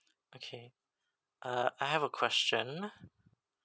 okay uh I have a question